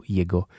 jego